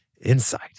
insight